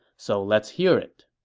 so let's hear it